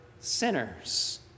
sinners